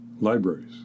libraries